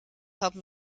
haben